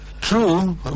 true